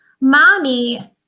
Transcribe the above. Mommy